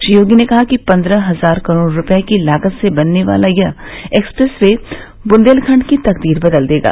श्री योगी ने कहा कि पन्द्रह हजार करोड़ रूपये की लागत से बनने वाला यह एक्सप्रेस वे बुन्देलखंड की तकदीर बदल देगा